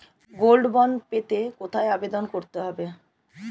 Gold bond পেতে কোথায় আবেদন করতে হবে?